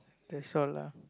that's all lah